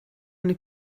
eine